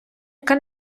яка